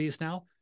now